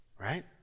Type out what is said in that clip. Right